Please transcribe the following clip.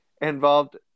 Involved